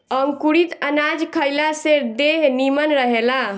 अंकुरित अनाज खइला से देह निमन रहेला